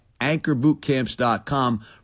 anchorbootcamps.com